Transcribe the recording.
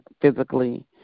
physically